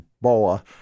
boa